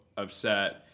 upset